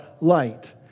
light